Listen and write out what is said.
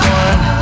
one